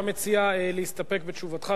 אתה מציע להסתפק בתשובתך?